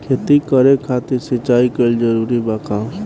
खेती करे खातिर सिंचाई कइल जरूरी बा का?